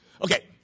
Okay